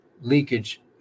leakage